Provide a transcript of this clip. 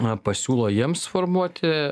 na pasiūlo jiems formuoti